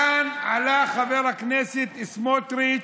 כאן עלה חבר הכנסת סמוטריץ'